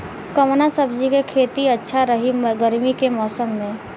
कवना सब्जी के खेती अच्छा रही गर्मी के मौसम में?